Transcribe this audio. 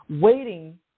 waiting